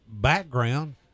background